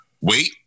wait